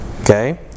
Okay